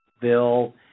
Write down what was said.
bill